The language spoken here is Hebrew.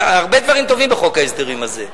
הרבה דברים טובים בחוק ההסדרים הזה.